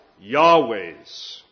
Yahweh's